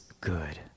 good